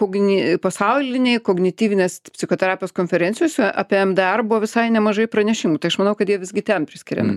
kogni pasaulinėj kognityvinės psichoterapijos konferencijose apie em darbo visai nemažai pranešimų tai aš manau kad jie visgi ten priskiriami